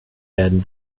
werden